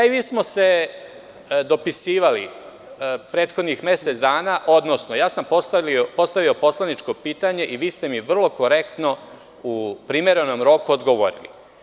Vi i ja smo se dopisivali prethodnih mesec dana, odnosno ja sam postavio poslaničko pitanje i vi ste mi vrlo korektno, u primerenom roku odgovorili.